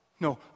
No